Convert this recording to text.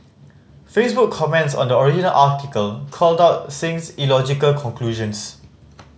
Facebook comments on the original article called out Singh's illogical conclusions